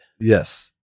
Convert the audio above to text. Yes